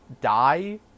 die